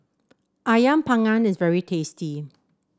ayam Panggang is very tasty